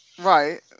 Right